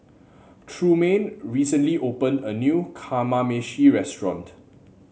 Trumaine recently opened a new Kamameshi Restaurant